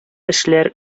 эшләр